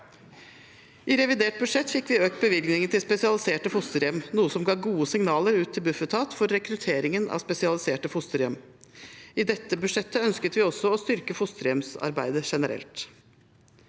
I revidert budsjett fikk vi økt bevilgningen til spesialiserte fosterhjem, noe som ga gode signaler ut til Bufetat med tanke på rekrutteringen av spesialiserte fosterhjem. I dette budsjettet ønsket vi også å styrke fosterhjemsarbeidet generelt.